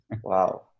Wow